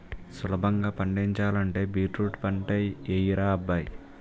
సులభంగా పండించాలంటే బీట్రూట్ పంటే యెయ్యరా అబ్బాయ్